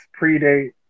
predate